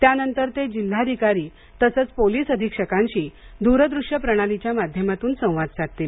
त्यानंतर ते जिल्हाधिकारी तसंच पोलीस अधीक्षकांशी दूर दृश्य प्रणालीच्या माध्यमांतून संवाद साधतील